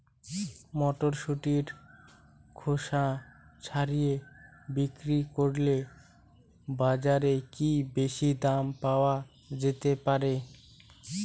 মটরশুটির খোসা ছাড়িয়ে বিক্রি করলে বাজারে কী বেশী দাম পাওয়া যেতে পারে?